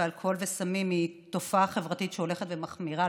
באלכוהול וסמים היא תופעה חברתית שהולכת ומחמירה,